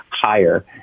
Higher